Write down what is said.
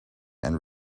and